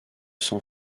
san